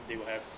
they will have